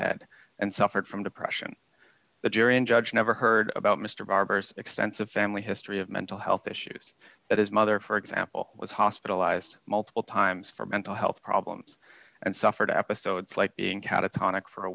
head and suffered from depression the jury and judge never heard about mr barber's extensive family history of mental health issues that his mother for example was hospitalized multiple times for mental health problems and suffered episodes like being catatonic for a